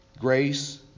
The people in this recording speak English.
Grace